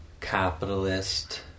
capitalist